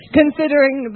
considering